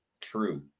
true